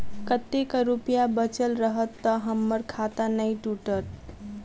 कतेक रुपया बचल रहत तऽ हम्मर खाता नै टूटत?